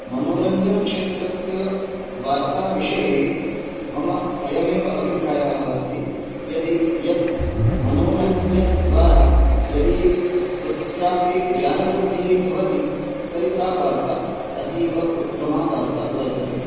मनोरञ्जनक्षेत्रस्य वार्ताविषये मम अयमेव अभिप्रायः अस्ति यदि यत् मनोरञ्जनद्वारा यदि कुत्रापि ज्ञानवृद्धिः भवति तर्हि सा वार्ता अतीव उत्तमा वार्ता वर्तते